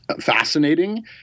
fascinating